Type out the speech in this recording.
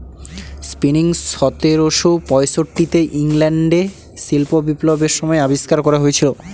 spinning সতেরোশো পয়ষট্টি তে ইংল্যান্ডে শিল্প বিপ্লবের সময় আবিষ্কার করা হয়েছিল